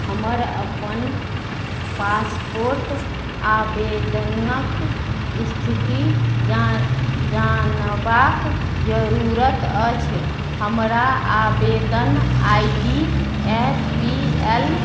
हमर अपन पासपोर्ट आवेदनक स्थिति जान जानबाक जरूरत अछि हमरा आवेदन I D A P L